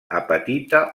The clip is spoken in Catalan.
apatita